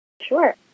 Sure